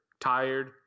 tired